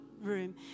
room